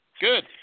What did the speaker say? Good